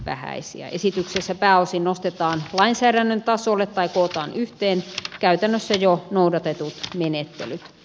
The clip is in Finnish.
esityksessä pääosin nostetaan lainsäädännön tasolle tai kootaan yhteen käytännössä jo noudatetut menettelyt